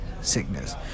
sickness